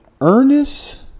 Ernest